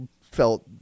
felt